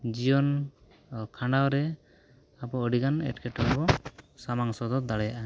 ᱡᱤᱭᱚᱱ ᱠᱷᱟᱰᱟᱣ ᱨᱮ ᱟᱵᱚ ᱟᱹᱰᱤ ᱜᱟᱱ ᱮᱴᱠᱮᱴᱚᱬᱮ ᱨᱮᱵᱚᱱ ᱥᱟᱢᱟᱝ ᱥᱚᱫᱚᱨ ᱫᱟᱲᱮᱭᱟᱜᱼᱟ